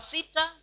Sita